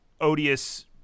odious